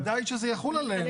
בוודאי שזה יחול עליהם.